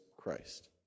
Christ